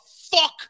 fuck